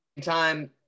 time